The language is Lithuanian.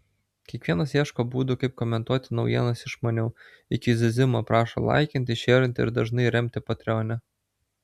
kiekvienas ieško būdų kaip komentuoti naujienas išmaniau iki zyzimo prašo laikinti šierinti ir dažnai remti patreone